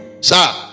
sir